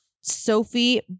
Sophie